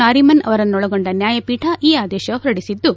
ನಾರೀಮನ್ ಅವರನ್ನೊಳಗೊಂಡ ನ್ಯಾಯಪೀಠ ಈ ಆದೇಶ ಹೊರಡಿಸಿದ್ಲು